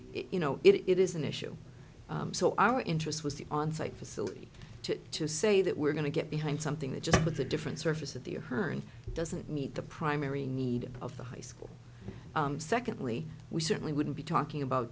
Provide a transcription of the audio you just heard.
you know it is an issue so our interest was the onsite facility to say that we're going to get behind something that just with a different surface of the herne doesn't meet the primary need of the high school secondly we certainly wouldn't be talking about